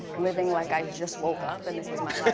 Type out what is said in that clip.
living like i just woke up, and this was my